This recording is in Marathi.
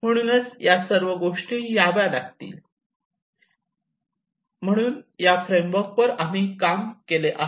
म्हणून या सर्व गोष्टी याव्या लागतील म्हणून या फ्रेमवर्क वर जी आम्ही काम केले आहे